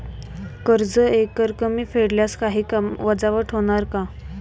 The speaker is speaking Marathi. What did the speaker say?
कर्ज एकरकमी फेडल्यास काही वजावट होणार का?